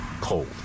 cold